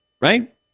right